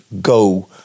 go